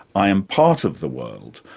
i am part of the world,